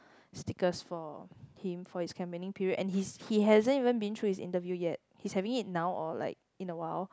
sticker for him for his company period and he he hasn't even being through his interview yet he is having it now or like in a while